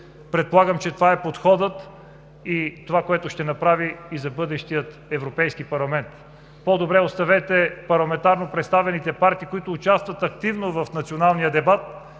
Предполагам, че това е подходът и това, което ще направи и за бъдещия Европейски парламент. По-добре оставете парламентарно представените партии, които участват активно в националния дебат,